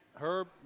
Herb